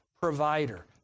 provider